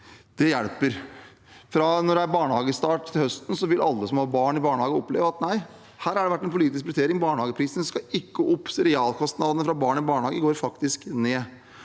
Det hjelper. Når det er barnehagestart til høsten, vil alle som har barn i barnehage, oppleve at her har det vært en politisk prioritering. Barnehageprisene skal ikke opp, så realkostnadene for et barn i barnehage går faktisk ned.